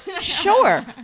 sure